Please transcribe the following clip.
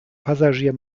passagier